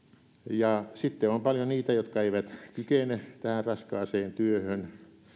ja sitten on paljon niitä jotka eivät kykene tähän raskaaseen työhön